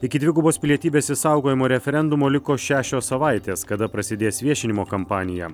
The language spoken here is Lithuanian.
iki dvigubos pilietybės išsaugojimo referendumo liko šešios savaitės kada prasidės viešinimo kampanija